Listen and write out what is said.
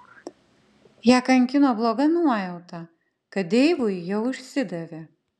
ją kankino bloga nuojauta kad deivui jau išsidavė